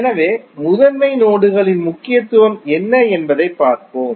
எனவே முதன்மை நோடுகளின் முக்கியத்துவம் என்ன என்பதைப் பார்ப்போம்